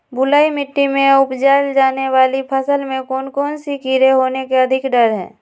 बलुई मिट्टी में उपजाय जाने वाली फसल में कौन कौन से कीड़े होने के अधिक डर हैं?